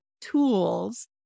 tools